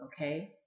okay